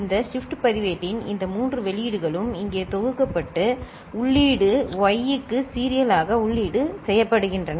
இந்த ஷிப்ட் பதிவேட்டின் இந்த மூன்று வெளியீடுகளும் இங்கே தொகுக்கப்பட்டு உள்ளீட்டு y க்கு சீரியலாக உள்ளீடு செய்யப்படுகின்றன